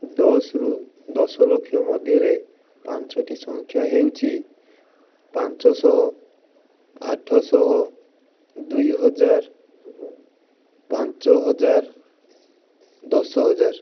ଦଶରୁ ଦଶ ଲକ୍ଷ ମଧ୍ୟରେ ପାଞ୍ଚଟି ସଂଖ୍ୟା ହେଉଛି ପାଞ୍ଚଶହ ଆଠଶହ ଦୁଇ ହଜାର ପାଞ୍ଚ ହଜାର ଦଶ ହଜାର